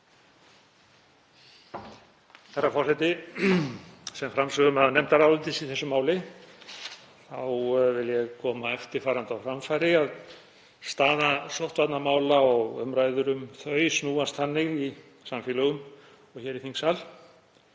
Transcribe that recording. Herra forseti. Sem framsögumaður nefndarálits í þessu máli vil ég koma eftirfarandi á framfæri: Staða sóttvarnamála og umræður um þau snúast þannig í samfélögum og hér í þingsal